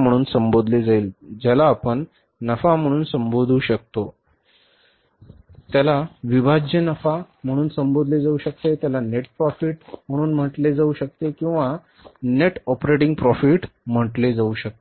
म्हणून संबोधले जाऊ शकते त्याला Net Profit म्हणून म्हटले जाऊ शकते किंवा Net Operating Profit म्हणून म्हटले जाऊ शकते